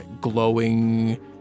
glowing